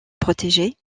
protégée